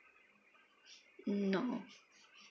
mm no